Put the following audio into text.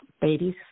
babies